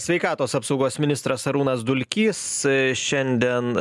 sveikatos apsaugos ministras arūnas dulkys šiandien